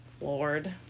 lord